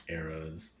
arrows